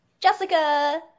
Jessica